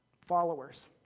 followers